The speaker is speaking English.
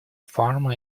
farm